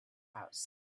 house